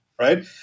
Right